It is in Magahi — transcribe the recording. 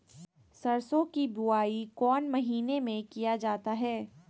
सरसो की बोआई कौन महीने में किया जाता है?